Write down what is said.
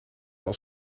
als